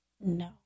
No